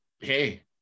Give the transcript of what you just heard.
hey